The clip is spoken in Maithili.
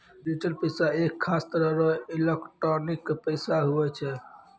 डिजिटल पैसा एक खास तरह रो एलोकटानिक पैसा हुवै छै